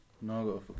No